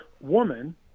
woman